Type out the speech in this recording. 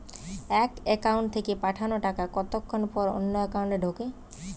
এক একাউন্ট থেকে পাঠানো টাকা কতক্ষন পর অন্য একাউন্টে ঢোকে?